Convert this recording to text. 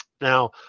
Now